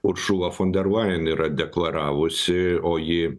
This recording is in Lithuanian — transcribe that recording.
uršula fun der layan yra deklaravusi o ji